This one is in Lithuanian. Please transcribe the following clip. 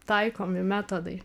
taikomi metodai